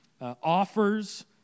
offers